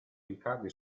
ricade